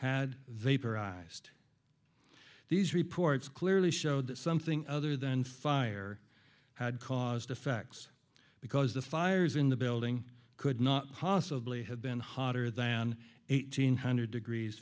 vaporized these reports clearly showed that something other than fire had caused effects because the fires in the building could not possibly have been hotter than eighteen hundred degrees